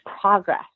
progress